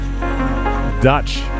dutch